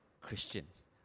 Christians